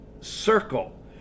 circle